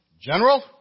General